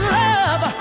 love